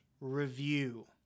review